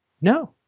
No